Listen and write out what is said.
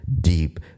deep